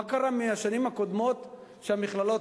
מה קרה בשנים הקודמות שהמכללות,